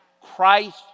Christ